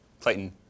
Clayton